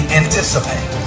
anticipate